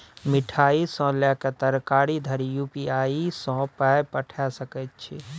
मिठाई सँ लए कए तरकारी धरि यू.पी.आई सँ पाय पठा सकैत छी